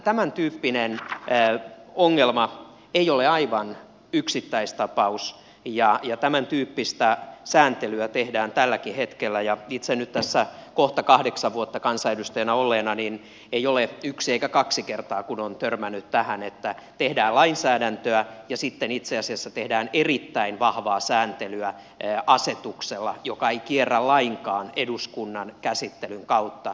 tämäntyyppinen ongelma ei ole aivan yksittäistapaus tämäntyyppistä sääntelyä tehdään tälläkin hetkellä ja itse nyt tässä kohta kahdeksan vuotta kansanedustajana olleena ei ole yksi eikä kaksi kertaa kun olen törmännyt tähän että tehdään lainsäädäntöä ja sitten itse asiassa tehdään erittäin vahvaa sääntelyä asetuksella joka ei kierrä lainkaan eduskunnan käsittelyn kautta